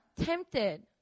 tempted